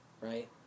right